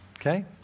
okay